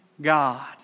God